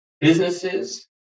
businesses